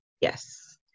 yes